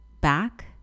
back